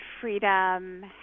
freedom